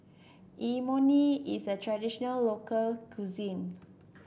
imoni is a traditional local cuisine